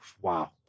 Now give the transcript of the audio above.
Wow